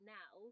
now